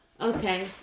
Okay